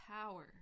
power